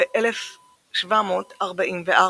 ו-1744,